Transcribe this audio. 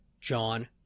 John